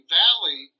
valley